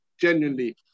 genuinely